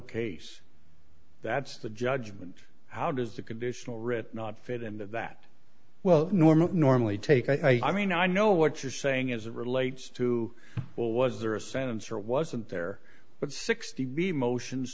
case that's the judgment how does the conditional writ not fit into that well normal normally take i mean i know what you're saying as it relates to what was there a sentence or wasn't there but sixty b motions